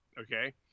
okay